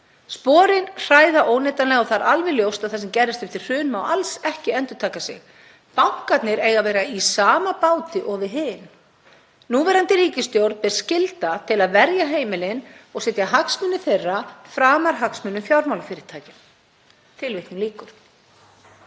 Sporin hræða óneitanlega og það er alveg ljóst að það sem gerðist eftir hrun má alls ekki endurtaka sig! Bankarnir eiga að vera í sama báti og við hin. Núverandi ríkisstjórn ber skylda til að verja heimilin og setja hagsmuni þeirra framar hagsmunum fjármálafyrirtækja.“ Þetta hefur